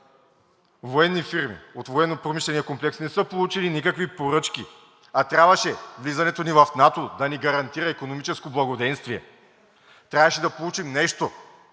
военни фирми от Военнопромишления комплекс не са получили никакви поръчки, а трябваше влизането ни в НАТО да ни гарантира икономическо благоденствие. Трябваше да получим нещо